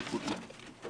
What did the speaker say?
ואיך היא הייתה מצביעה,